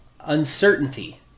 uncertainty